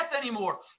anymore